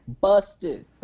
busted